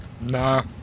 Nah